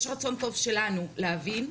יש רצון טוב שלנו להבין,